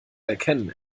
erkennen